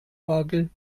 orgel